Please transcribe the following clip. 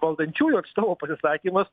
valdančiųjų atstovo pasisakymas